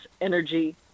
energy